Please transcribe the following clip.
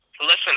Listen